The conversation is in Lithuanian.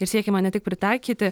ir siekiama ne tik pritaikyti